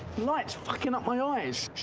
light's fuckin' up my eyes.